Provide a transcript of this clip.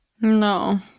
No